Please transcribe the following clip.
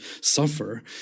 suffer